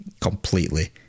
completely